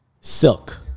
Silk